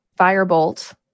firebolt